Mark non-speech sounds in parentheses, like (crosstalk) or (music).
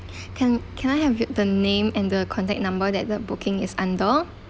(breath) can can I have the name and the contact number that the booking is under